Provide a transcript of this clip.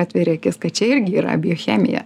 atveri akis kad čia irgi yra biochemija